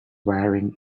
wearing